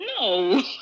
no